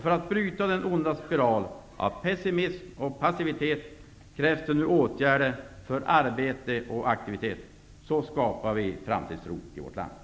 För att bryta den onda spiralen av pessimism och passivitet krävs det nu åtgärder för arbete och aktivitet. Så skapar vi framtidstro i vårt land.